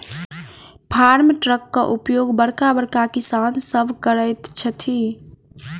farm ट्रकक उपयोग बड़का बड़का किसान सभ करैत छथि